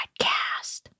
podcast